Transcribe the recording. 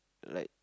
like